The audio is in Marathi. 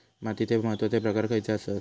मातीचे महत्वाचे प्रकार खयचे आसत?